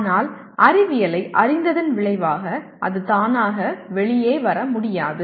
ஆனால் அறிவியலை அறிந்ததன் விளைவாக அது தானாக வெளியே வர முடியாது